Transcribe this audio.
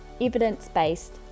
evidence-based